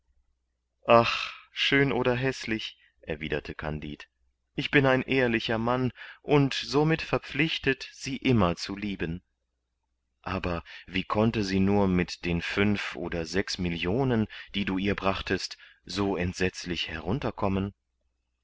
ach schön oder häßlich erwiderte kandid ich bin ein ehrlicher mann und somit verpflichtet sie immer zu lieben aber wie konnte sie nur mit den fünf oder sechs millionen die du ihr brachtest so entsetzlich herunterkommen